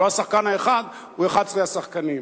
הוא לא השחקן האחד, הוא 11 השחקנים.